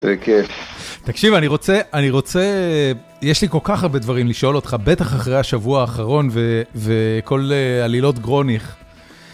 תקשיב, אני רוצה... יש לי כל כך הרבה דברים לשאול אותך, בטח אחרי השבוע האחרון וכל הלילות גרוניך.